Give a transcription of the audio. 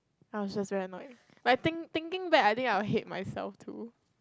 I was just very annoyed but think thinking back I think I would hate myself too